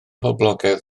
boblogaidd